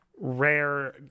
rare